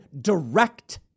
direct